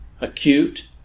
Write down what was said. acute